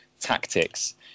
tactics